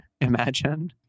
imagine